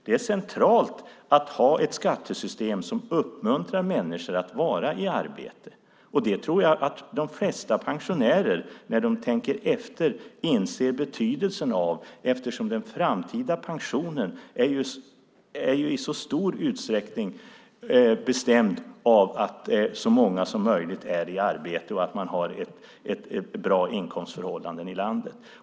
Det är centralt att ha ett skattesystem som uppmuntrar människor att vara i arbete, och det tror jag att de flesta pensionärer när de tänker efter inser betydelsen av eftersom den framtida pensionen i stor utsträckning bestäms av att så många som möjligt är i arbete och att man har bra inkomstförhållanden i landet.